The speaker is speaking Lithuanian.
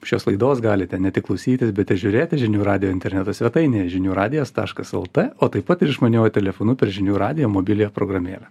šios laidos galite ne tik klausytis bet ir žiūrėti žinių radijo interneto svetainėje žinių radijas taškas lt o taip pat ir išmaniuoju telefonu per žinių radijo mobiliąją programėlę